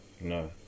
No